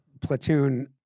Platoon